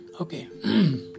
Okay